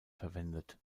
verwendet